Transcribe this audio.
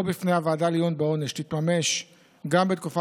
או בפני הוועדה לעיון בעונש תתממש גם בתקופה